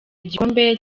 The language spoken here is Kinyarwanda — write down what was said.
igikombe